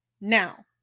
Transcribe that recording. Now